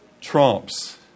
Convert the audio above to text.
trumps